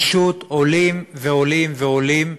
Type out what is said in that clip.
פשוט עולים, ועולים ועולים.